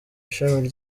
ishami